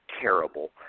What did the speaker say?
terrible –